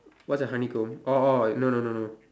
what's a honeycomb orh orh no no no no